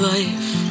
life